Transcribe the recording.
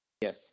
Yes